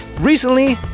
recently